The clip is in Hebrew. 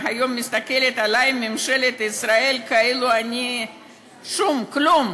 והיום מסתכלת עלי ממשלת ישראל כאילו אני שום כלום.